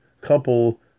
couple